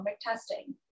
testing